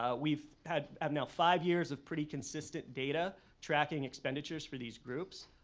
ah we've had um now five years of pretty consistent data tracking expenditures for these groups.